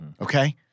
Okay